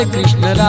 Krishna